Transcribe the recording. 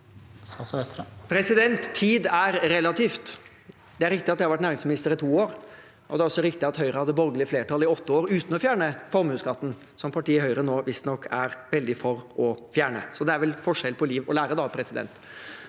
Tid er re- lativt. Det er riktig at jeg har vært næringsminister i to år, og det er også riktig at Høyre hadde borgerlig flertall i åtte år uten å fjerne formuesskatten, som partiet Høyre nå visstnok er veldig for å fjerne. Det er vel forskjell på liv og lære. Formuesskatten